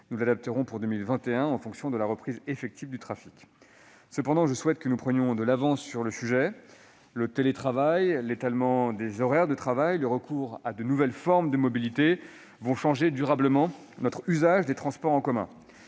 Nous l'adapterons pour 2021, en fonction de la reprise effective du trafic. Cependant, je souhaite que nous prenions de l'avance sur ce sujet. Le télétravail, l'étalement des horaires de travail, le recours à de nouvelles formes de mobilité vont changer durablement notre usage des transports en commun.